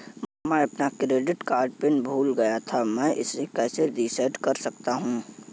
मैं अपना credit card PIN भूल गया था मैं इसे कैसे रीसेट कर सकता हूँ?